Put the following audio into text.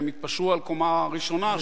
והם התפשרו על קומה ראשונה,